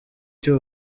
cy’u